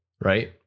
right